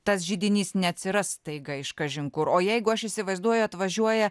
tas židinys neatsiras staiga iš kažin kur o jeigu aš įsivaizduoju atvažiuoja